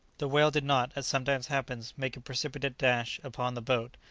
the whale did not, as sometimes happens, make a precipitate dash upon the boat,